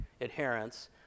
adherents